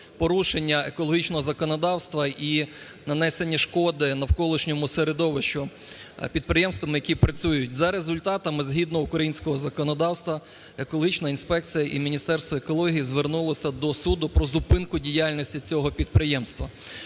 порушення екологічного законодавства і нанесення шкоди навколишньому середовищу підприємствами, які працюють. За результатами, згідно українського законодавства, екологічна інспекція і Міністерство екології звернулося до суду про зупинку діяльності цього підприємства.